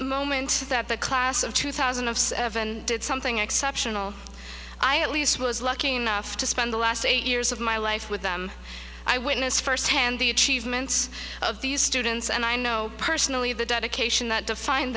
moment that the class of two thousand and seven did something exceptional i at least was lucky enough to spend the last eight years of my life with them i witnessed first hand the achievements of these students and i know personally the dedication t